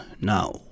Now